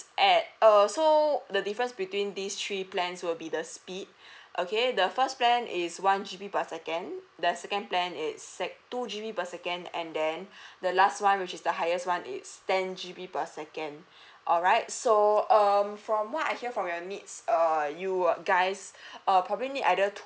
at err so the difference between these three plans will be the speed okay the first plan is one G_B per second the second plan is six two G_B per second and then the last one which is the highest one it's ten G_B per second alright so um from what I hear from your needs err you guys err probably either